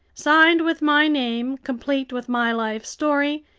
signed with my name, complete with my life story,